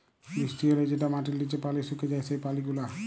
বৃষ্টি হ্যলে যেটা মাটির লিচে পালি সুকে যায় সেই পালি গুলা